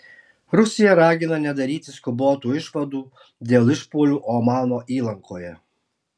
rusija ragina nedaryti skubotų išvadų dėl išpuolių omano įlankoje